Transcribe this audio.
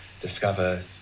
discover